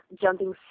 jumping